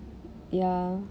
ya